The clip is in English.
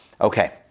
Okay